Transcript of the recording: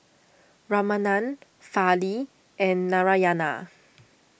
Ramanand Fali and Narayana